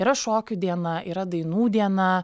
yra šokių diena yra dainų diena